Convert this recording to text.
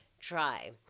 try